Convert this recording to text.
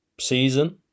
season